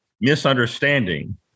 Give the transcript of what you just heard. misunderstanding